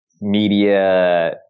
media